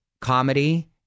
comedy